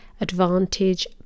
advantage